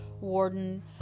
Warden